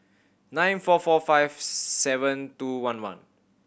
nine four four five seven two one one